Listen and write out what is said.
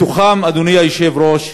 מתוכם, אדוני היושב-ראש,